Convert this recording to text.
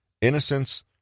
innocence